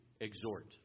exhort